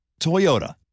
Toyota